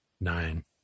nine